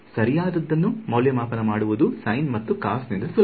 ಸರಿಯಾದದ್ದನ್ನು ಮೌಲ್ಯಮಾಪನ ಮಾಡುವುದು ಸೈನ್ ಮತ್ತು ಕಾಸ್ ನಿಂದ ಸುಲಭ